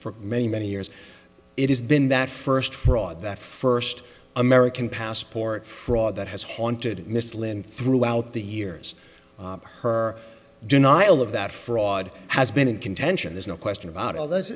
for many many years it has been that first fraud that first american passport fraud that has haunted mrs lynde throughout the years her denial of that fraud has been in contention there's no question about all th